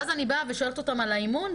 ואז אני באה ושואלת אותם על האימון,